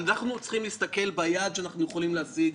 אנחנו צריכים להסתכל ביעד שאנחנו יכולים להשיג,